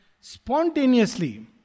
spontaneously